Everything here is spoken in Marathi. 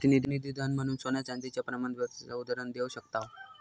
प्रतिनिधी धन म्हणून सोन्या चांदीच्या प्रमाणपत्राचा उदाहरण देव शकताव